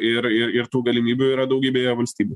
ir ir ir tų galimybių yra daugybėje valstybių